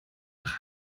nach